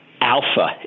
alpha